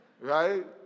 right